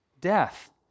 death